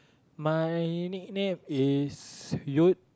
my nickname is Yut